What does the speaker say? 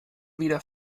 wieder